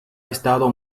estado